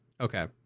Okay